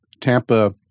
Tampa